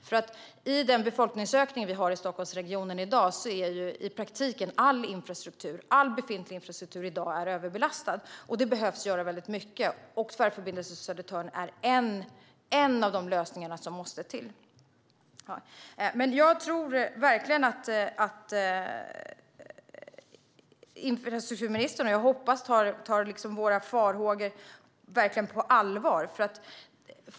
Med dagens befolkningsökning i Stockholmsregionen är i praktiken all befintlig infrastruktur i dag överlastad. Det behöver göras väldigt mycket. Tvärförbindelse Södertörn är en av de lösningar som måste till. Jag hoppas och tror att infrastrukturministern tar våra farhågor på verkligt allvar.